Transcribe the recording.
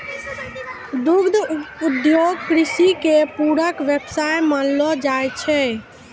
दुग्ध उद्योग कृषि के पूरक व्यवसाय मानलो जाय छै